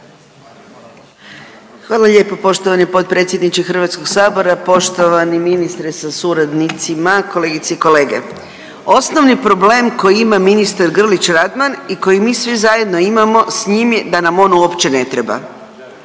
Hvala lijepo. Poštovani potpredsjedniče HS-a, poštovani ministre sa suradnicima, kolegice i kolege. Osnovni problem koji ima ministar Grlić Radman i kojeg mi svi zajedno imamo s njim je da nam on uopće ne treba.